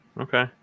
Okay